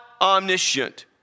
omniscient